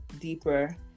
deeper